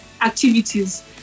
activities